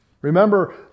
Remember